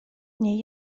nie